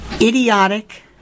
idiotic